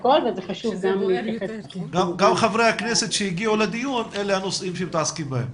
גם חברי הכנסת שהגיעו לדיון אלה הנושאים שהם עוסקים בהם.